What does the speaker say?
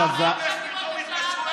ובשעה 17:00 פתאום התקשרו אליו?